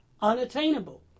unattainable